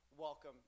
welcome